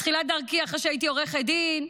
בתחילת דרכי, אחרי שהייתי עורכת דין,